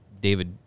David